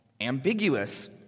ambiguous